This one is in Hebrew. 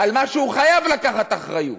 על מה שהוא חייב לקחת אחריות?